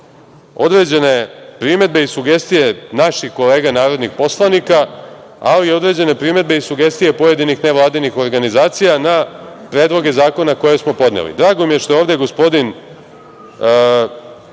određene primedbe i sugestije naših kolega narodnih poslanika, ali i određene primedbe i sugestije pojedinih nevladinih organizacija na predloge zakona koje smo podneli. Drago mi je što je ovde gospodin